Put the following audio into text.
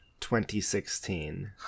2016